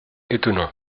étonnant